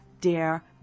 dare